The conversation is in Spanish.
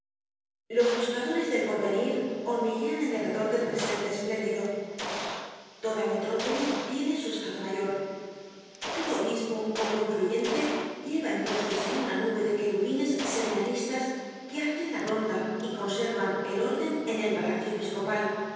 los buscadores del porvenir'hormiguean en derredor del presente espléndido toda metrópoli tiene su estado mayor todo obispo un poco influyente lleva en pos de sí una nube de querubines seminaristas que hacen la ronda y conservan el orden en el palacio episcopal y